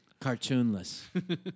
Cartoonless